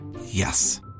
Yes